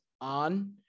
on